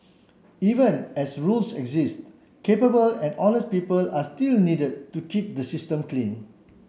even as rules exist capable and honest people are still needed to keep the system clean